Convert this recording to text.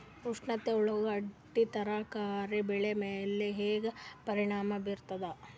ಉಷ್ಣತೆ ಉಳ್ಳಾಗಡ್ಡಿ ತರಕಾರಿ ಬೆಳೆ ಮೇಲೆ ಹೇಂಗ ಪರಿಣಾಮ ಬೀರತದ?